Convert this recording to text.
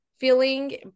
feeling